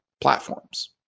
platforms